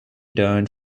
turned